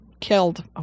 killed